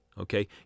Okay